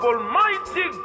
Almighty